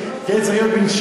אתה צריך להגיד את זה ברצף,